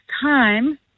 time